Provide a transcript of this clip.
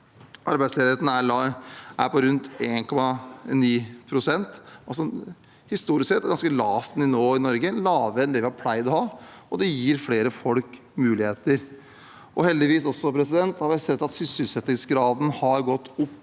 Arbeidsledigheten er lav, den er på rundt 1,9 pst. Det er historisk sett et ganske lavt nivå i Norge, lavere enn det vi har pleid å ha, og det gir flere folk muligheter. Heldigvis har vi også sett at sysselsettingsgraden har gått opp,